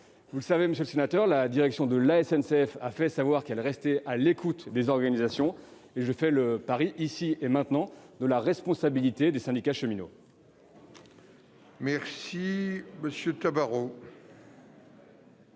Vous le savez, monsieur le sénateur, la direction de la SNCF a fait savoir qu'elle restait à l'écoute des organisations, et je fais le pari, ici et maintenant, de la responsabilité des syndicats cheminots. La parole est à M.